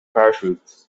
parachutes